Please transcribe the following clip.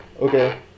Okay